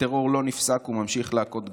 הטרור לא נפסק וממשיך להכות גלים.